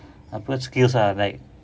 apa skills ah like